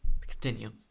Continue